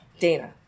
Dana